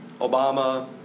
Obama